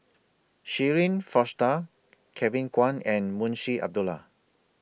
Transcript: Shirin Fozdar Kevin Kwan and Munshi Abdullah